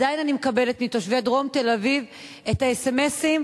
עדיין אני מקבלת מתושבי דרום תל-אביב את האס-אם-אסים